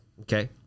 Okay